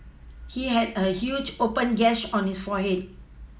he had a huge open gash on his forehead